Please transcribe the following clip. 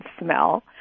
smell